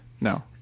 No